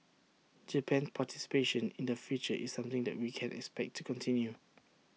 Japan's participation in the future is something that we can expect to continue